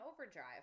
overdrive